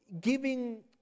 giving